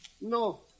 No